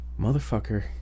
Motherfucker